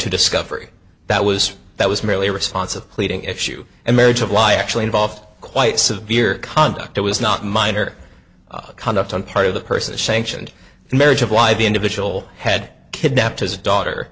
to discovery that was that was merely a response of pleading issue a marriage of lie actually involved quite severe conduct it was not minor conduct on part of the person sanctioned marriage of why the individual had kidnapped his daughter